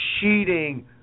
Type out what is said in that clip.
cheating